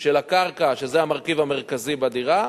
של הקרקע, שזה המרכיב המרכזי בדירה,